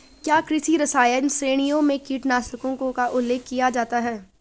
क्या कृषि रसायन श्रेणियों में कीटनाशकों का उल्लेख किया जाता है?